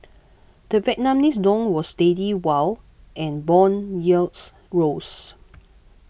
the Vietnamese dong was steady while and bond yields rose